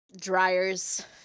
Dryers